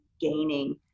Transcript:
gaining